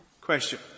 Question